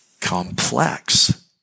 complex